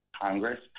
Congress